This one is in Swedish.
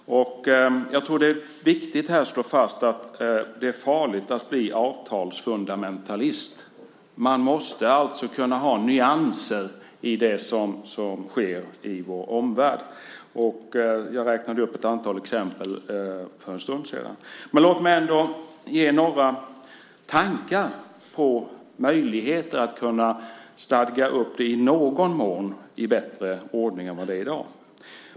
Jag tror att det är viktigt att slå fast att det är farligt att bli avtalsfundamentalist. Man måste alltså kunna ha nyanser i det som sker i vår omvärld. Jag räknade upp ett antal exempel för en stund sedan. Men låt mig ge några tankar om möjligheter att i någon mån stadga upp det, så att det blir bättre ordning än vad det är i dag.